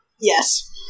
Yes